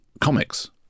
comics